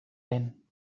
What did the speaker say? lent